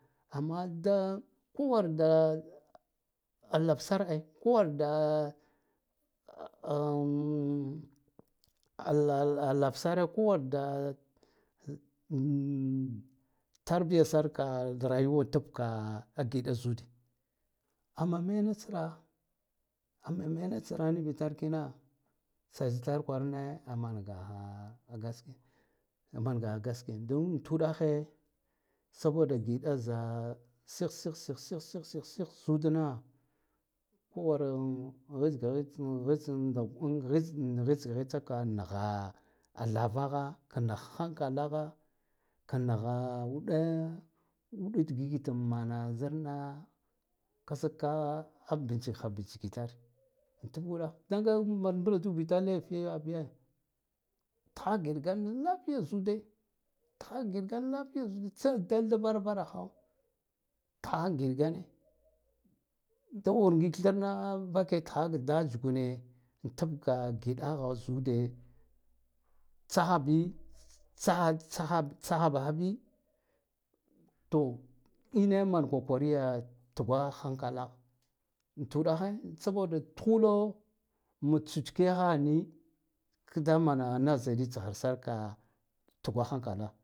Amma da kowarda a lavsar kowar da a lalavsare kowar da tarbiyasar ka dasaya wa tubka a gida ziud amma mentsra amma menatsra nivitar kina tsatsi tar kwarane a mangaha a gaskiya a mangaha gaskiya dun tuɗahe sabo da giɗa za sih sih sih sih sih zudna kowaran wes ga wesa wes dal wes wes hitsa ka naha lavaha ka nah hankala ha ka naha uɗan uɗa digite naha zana ka sakka bichik ha bichikitar antadɗah dadan man mbladu itar bi laifiya ba tha giɗ gan lafiya zude thagiɗ gan lfiya zude tsa dal da varaha thaha giɗ gane dawar ngir tharna vake thahak da tsgune tabka giɗaha zude tsaha bi tsaha tsaha tsaha bda bi to ine man kokoriye tugwa hauka laha anta uɗahe saboda tuhalo mut chuchke ha ni kdamani nazari tsa har sar ka tgwa hantalaha.